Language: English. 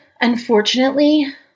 unfortunately